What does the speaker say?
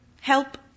Help